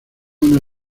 una